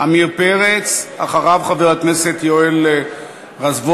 עמיר פרץ, אחריו, חבר הכנסת יואל רזבוזוב,